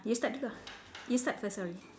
you start dulu ah you start first sorry